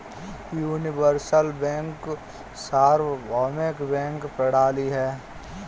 universal bank सार्वभौमिक bank प्रणाली है